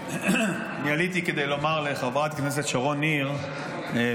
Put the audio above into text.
אני עליתי כדי לומר לחברת הכנסת שרון ניר ולך,